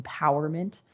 empowerment